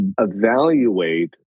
evaluate